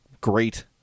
great